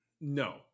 No